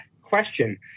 question